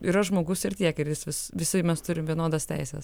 yra žmogus ir tiek ir jis vis visi mes turim vienodas teises